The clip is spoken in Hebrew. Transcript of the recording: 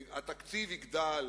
התקציב יגדל